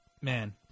man